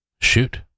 Shoot